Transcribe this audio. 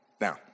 Now